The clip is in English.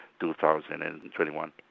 2021